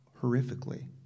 horrifically